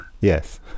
yes